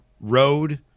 road